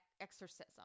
exorcism